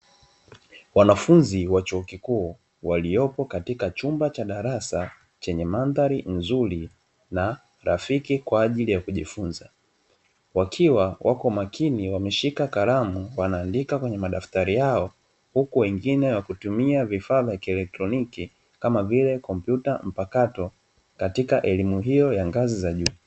Wanafunzi wa chuo kikuu waliopo katika chumba cha darasa chenye mandhari nzuri na rafiki kwa ajili ya kujifunza. Wakiwa wako makini wameshika kalamu wanaandika kwenye madaftari yao, huku wengine wakitumia vifaa vya kielektroniki kama vile kompyuta mpakato katika elimu hiyo ya ngazi za juu.